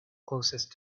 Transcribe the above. closest